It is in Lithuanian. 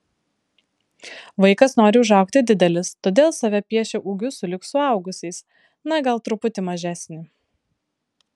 vaikas nori užaugti didelis todėl save piešia ūgiu sulig suaugusiaisiais na gal truputį mažesnį